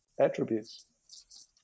attributes